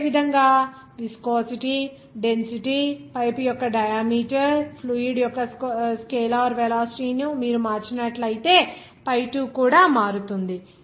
అదేవిధంగా viscosity density pipe యొక్క diameter fluid యొక్క స్కేలార్ వెలాసిటీ ని మీరు మార్చినట్లయితే pi 2 కూడా మారుతుంది